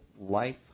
life